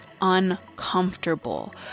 uncomfortable